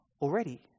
already